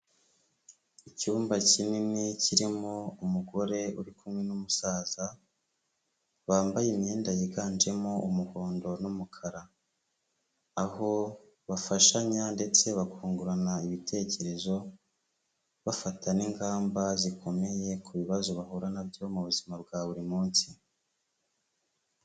Icyumba kinini kirimo umugore uri kumwe n'umusaza, bambaye imyenda yiganjemo umuhondo n'umukara, aho bafashanya ndetse bakungurana ibitekerezo, bafata n'ingamba zikomeye ku bibazo bahura na byo mu buzima bwa buri munsi.